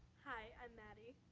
hi, i'm maddie.